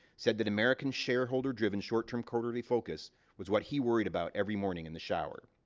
said that american shareholder-driven, short-term quarterly focus was what he worried about every morning in the shower.